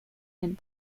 and